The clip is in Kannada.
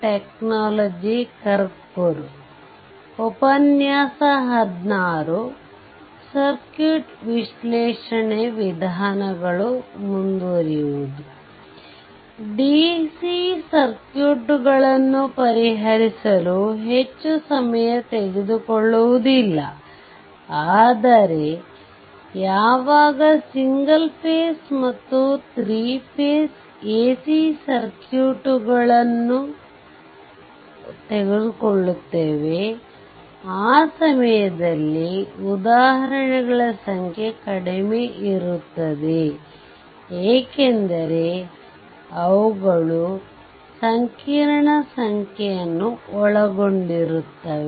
ಡಿಸಿ ಸರ್ಕ್ಯೂಟ್ಗಳDC circuits ನ್ನು ಪರಿಹರಿಸಲು ಹೆಚ್ಚು ಸಮಯ ತೆಗೆದುಕೊಳ್ಳುವುದಿಲ್ಲ ಆದರೆ ಯಾವಾಗ ಸಿಂಗಲ್ ಫೇಸ್ ಮತ್ತು 3 ಫೇಸ್ ಎಸಿ ಸರ್ಕ್ಯೂಟ್ಗಳುಬರುತ್ತದೆ ಆ ಸಮಯದಲ್ಲಿ ಉದಾಹರಣೆಗಳ ಸಂಖ್ಯೆ ಕಡಿಮೆ ಇರುತ್ತದೆ ಏಕೆಂದರೆ ಅವುಗಳ ಸಂಕೀರ್ಣ ಸಂಖ್ಯೆ ಒಳಗೊಂಡಿರುತ್ತದೆ